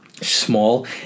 small